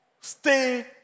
stay